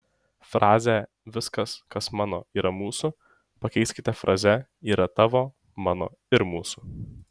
frazę viskas kas mano yra mūsų pakeiskite fraze yra tavo mano ir mūsų